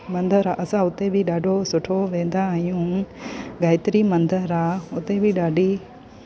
मंदर आहे असां उते बि ॾाढो सुठो वेंदा आहियूं गायत्री मंदर आहे उते बि ॾाढी